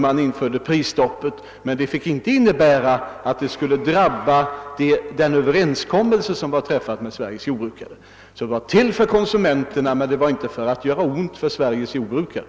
Prisstoppet infördes för konsumenternas skull, men inte för att skada Sveriges jordbrukare.